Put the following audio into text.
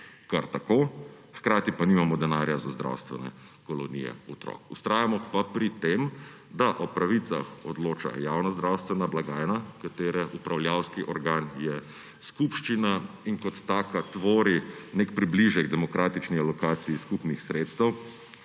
kar tako, hkrati pa nimamo denarja za zdravstvene kolonije otrok. Vztrajamo pa pri tem, da o pravicah odloča javna zdravstvena blagajna, katere upravljavski organ je skupščina, in kot taka tvori nek približek demokratični alokaciji skupnih sredstev,